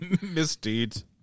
Misdeeds